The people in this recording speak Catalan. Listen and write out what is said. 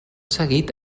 seguit